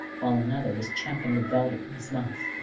while another was champing the velvet in his mouth.